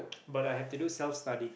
but I had to do self study